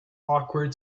awkward